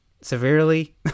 severely